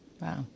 Wow